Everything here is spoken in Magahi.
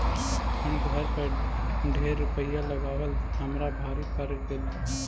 ई घर पर ढेर रूपईया लगाबल हमरा भारी पड़ गेल